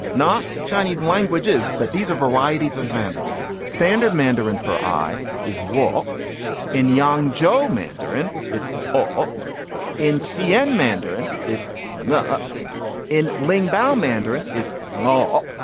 not chinese languages, but these are varieties of mandarin standard mandarin for i is wool in young jo mandarin it's all in cnn mandarin. it's not in ling bao mandarin it's law.